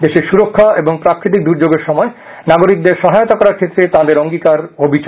দেশের সুরক্ষা এবং প্রাকৃতিক দুর্যোগের সময় নাগরিকদের সহায়তা করার ক্ষেত্রে তাঁদের অঙ্গীকার অবিচল